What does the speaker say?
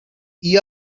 you